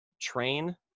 train